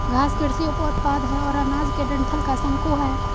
घास कृषि उपोत्पाद है और अनाज के डंठल का शंकु है